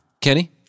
Kenny